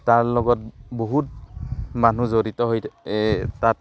তাৰ লগত বহুত মানুহ জড়িত হৈ তাত